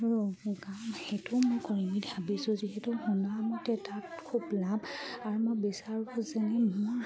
কাম সেইটোও মই কৰিম বুলি ভাবিছোঁ যিহেতু শুনা মতে তাত খুব লাভ আৰু মই বিচাৰোঁ যেনে মোৰ